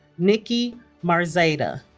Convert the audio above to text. niki mirzadeh